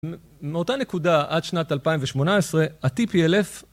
מאותה נקודה עד שנת 2018 ה-TP1000